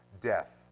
death